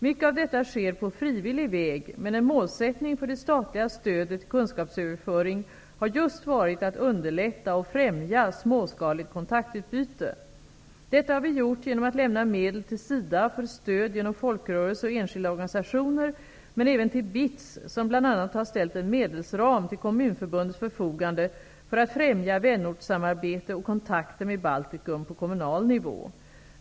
Mycket av detta sker på frivillig väg, men en målsättning för det statliga stödet till kunskapsöverföring har just varit att underlätta och främja småskaligt kontaktutbyte. Detta har vi gjort genom att lämna medel till SIDA för stöd genom folkrörelser och enskilda organisationer men även till BITS, som bl.a. har ställt en medelsram till Kommunförbundets förfogande för att främja vänortssamarbete och kontakter med Baltikum på kommunal nivå.